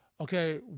okay